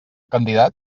candidat